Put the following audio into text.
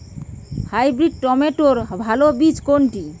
Hybrid টমেটোর ভালো বীজ কোনটি?